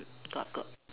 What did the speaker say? got got